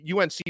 UNC